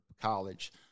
college